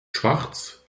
schwarz